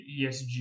ESG